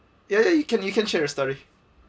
ya ya you can you can share your story